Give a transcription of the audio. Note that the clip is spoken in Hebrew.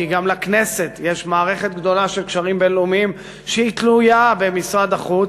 כי גם לכנסת יש מערכת גדולה של קשרים בין-לאומיים שתלויה במשרד החוץ,